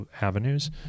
avenues